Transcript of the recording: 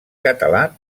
català